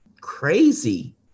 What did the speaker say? crazy